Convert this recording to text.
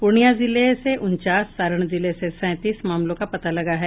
पूर्णिया जिले से उनचास और सारण जिले में सैंतीस मामलों का पता लगा है